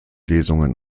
lesungen